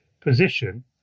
position